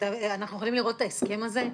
אנחנו יכולים לראות את ההסכם הזה,